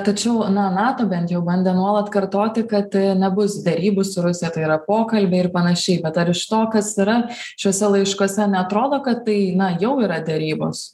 tačiau na nato bent jau bandė nuolat kartoti kad nebus derybų su rusija tai yra pokalbiai ir panašiai bet ar iš to kas yra šiuose laiškuose neatrodo kad tai na jau yra derybos